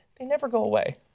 they never go away.